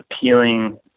appealing